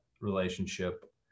relationship